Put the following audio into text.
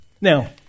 Now